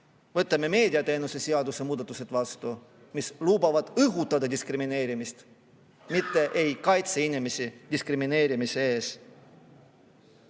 vastu meediateenuste seaduse muudatused, mis lubavad õhutada diskrimineerimist, mitte ei kaitse inimesi diskrimineerimise eest.